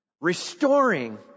Restoring